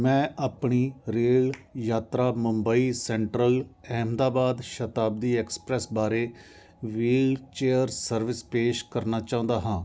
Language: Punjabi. ਮੈਂ ਆਪਣੀ ਰੇਲ ਯਾਤਰਾ ਮੁੰਬਈ ਸੈਂਟਰਲ ਅਹਿਮਦਾਬਾਦ ਸ਼ਤਾਬਦੀ ਐਕਸਪ੍ਰੈਸ ਬਾਰੇ ਵੀਲਚੇਅਰ ਸਰਵਿਸ ਪੇਸ਼ ਕਰਨਾ ਚਾਹੁੰਦਾ ਹਾਂ